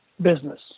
business